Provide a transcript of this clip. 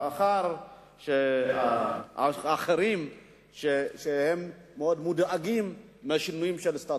מאחר שאחרים מאוד מודאגים מהשינוי של הסטטוס-קוו.